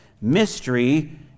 mystery